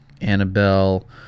Annabelle